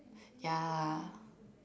ya